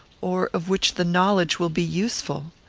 or of which the knowledge will be useful?